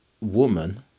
woman